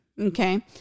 okay